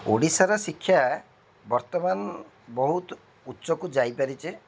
ଓଡ଼ିଶାର ଶିକ୍ଷା ବର୍ତ୍ତମାନ ବହୁତ ଉଚ୍ଚକୁ ଯାଇପାରିଛେ